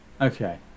Okay